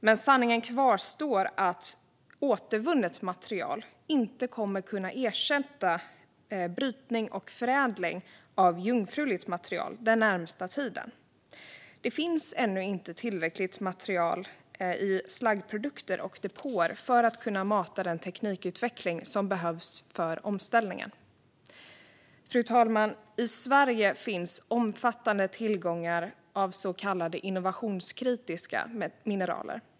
Men sanningen kvarstår att återvunnet material inte kommer att ersätta brytning och förädling av jungfruliga material den närmaste tiden. Det finns ännu inte tillräckligt med material i slaggprodukter och depåer för att mata den teknikutveckling som behövs för omställningen. Fru talman! I Sverige finns omfattande tillgångar av så kallade innovationskritiska mineral.